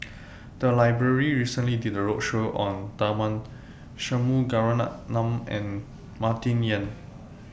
The Library recently did A roadshow on Tharman Shanmugaratnam and Martin Yan